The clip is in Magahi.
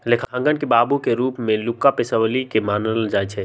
लेखांकन के बाबू के रूप में लुका पैसिओली के मानल जाइ छइ